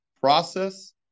process